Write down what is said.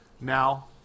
now